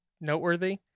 noteworthy